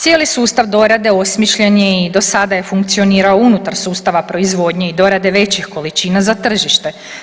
Cijeli sustav dorade osmišljen je i do sada je funkcionirao unutar sustava proizvodnje i dorade većih količina za tržište.